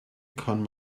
kann